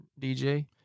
DJ